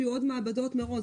שיהיו עוד מעבדות מראש?